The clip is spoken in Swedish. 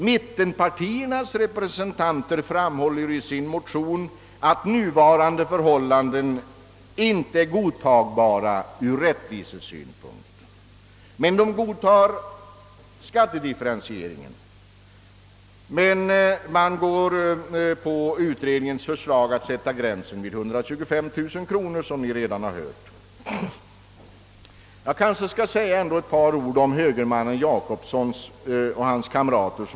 Mittenpartiernas representanter framhåller i sin motion att nuvarande förhållanden inte är godtagbara ur rättvisesynpunkt. De accepterar emellertid skattedifferentieringen och ansluter sig till utredningens förslag att beloppsgränsen sättes vid 125 000 kronor, som vi redan har hört. Jag kanske ändå skall säga några ord om motionen av högermannen Gösta Jacobsson och hans kamrat.